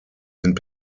sind